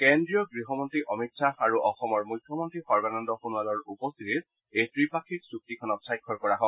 কেন্দ্ৰীয় গৃহমন্ত্ৰী অমিত শ্বাহ আৰু অসমৰ মুখ্যমন্ত্ৰী সৰ্বানন্দ সোণোৱালৰ উপস্থিতিত এই ত্ৰিপাক্ষিক চুক্তিখনত স্বাক্ষৰ কৰা হয়